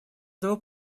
этого